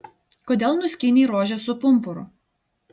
kodėl nuskynei rožę su pumpuru